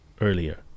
earlier